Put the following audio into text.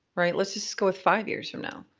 right? let's just go with five years from now.